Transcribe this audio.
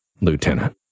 lieutenant